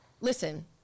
listen